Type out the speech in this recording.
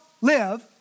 live